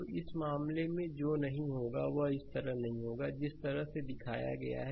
तो इस मामले में जो नहीं होगा वह इस तरह नहीं होगा जिस तरह से दिखाया गया है